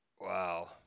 Wow